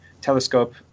telescope